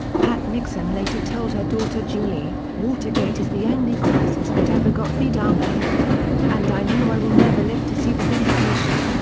pat nixon later told her daughter julie, watergate is the only crisis that ever got me down. ah and i know i will never live to see the vindication.